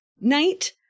night